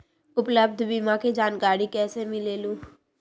उपलब्ध बीमा के जानकारी कैसे मिलेलु?